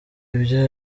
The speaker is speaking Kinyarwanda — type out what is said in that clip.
ibyo